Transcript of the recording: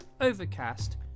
Overcast